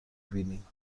بینیم